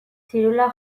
txirula